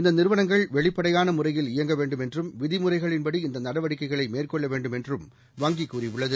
இந்தநிறுவனங்கள் வெளிப்படையானமுறையில் இயங்கவேண்டும் என்றும் விதிமுறைகளின் படி இந்தநடவடிக்கைகளைமேற்கொள்ளவேண்டும் என்றும் வங்கிகூறியுள்ளது